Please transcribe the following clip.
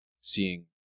seeing